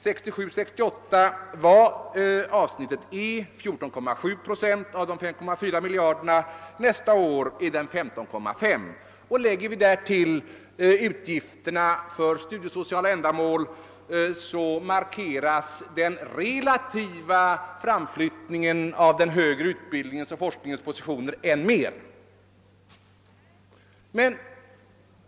1967/68 omfattade avsnittet E 14,7 procent av de 5,4 miljarderna, medan nästa år andelen var 15,5 procent. Lägger vi därtill utgifterna för studiesociala ändamål markeras den relativa framflyttningen av den högre utbildningens och forskningens positioner än mera.